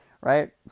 right